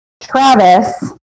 Travis